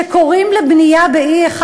שקוראים לבנייה ב-E1,